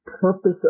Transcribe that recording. purpose